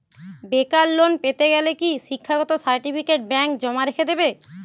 বেকার লোন পেতে গেলে কি শিক্ষাগত সার্টিফিকেট ব্যাঙ্ক জমা রেখে দেবে?